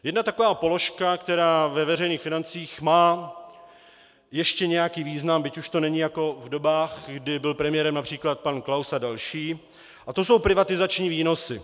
Jedna taková položka, která ve veřejných financích má ještě nějaký význam, byť už to není jako v dobách, kdy byl premiérem například pan Klaus a další, a to jsou privatizační výnosy.